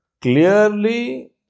clearly